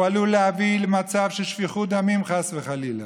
הוא עלול להביא למצב של שפיכות דמים, חס וחלילה.